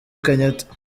kenyatta